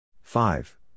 Five